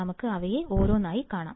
നമുക്ക് അവയെ ഓരോന്നായി കാണാം